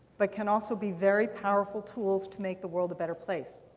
but can also be very powerful tools to make the world a better place.